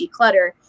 declutter